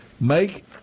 Make